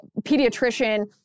pediatrician